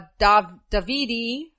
Davide